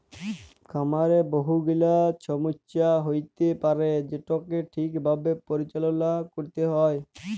খামারে বহু গুলা ছমস্যা হ্য়য়তে পারে যেটাকে ঠিক ভাবে পরিচাললা ক্যরতে হ্যয়